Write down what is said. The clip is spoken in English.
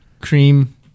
Cream